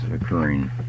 occurring